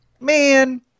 man